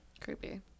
Creepy